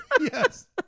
Yes